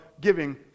giving